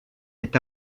est